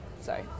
sorry